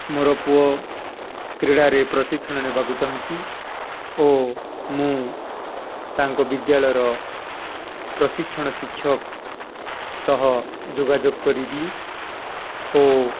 ମୋର ପୁଅ କ୍ରୀଡ଼ାରେ ପ୍ରଶିକ୍ଷଣ ନେବାକୁ ଚାହୁଁଛିି ଓ ମୁଁ ତାଙ୍କ ବିଦ୍ୟାଳୟର ପ୍ରଶିକ୍ଷଣ ଶିକ୍ଷକ ସହ ଯୋଗାଯୋଗ କରିବି ଓ